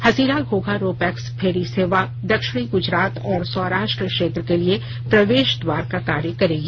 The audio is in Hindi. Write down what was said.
Hazira Ghogha ro pax ferry सेवा दक्षिणी गुजरात और सौराष्ट्र क्षेत्र के लिए प्रवेश द्वार का कार्य करेगी